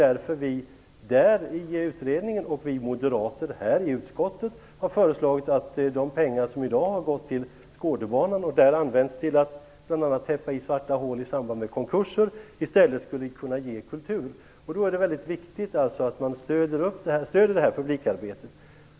Det är också därför som vi i utredningen och vi moderater i utskottet har föreslagit att de pengar som i dag har gått till Skådebanan och där använts till att bl.a. täppa till svarta hål i samband med konkurser i stället skulle kunna ge kultur. Då är det väldigt viktigt att man stöder det här publikarbetet.